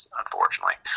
unfortunately